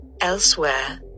elsewhere